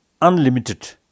unlimited